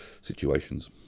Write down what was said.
situations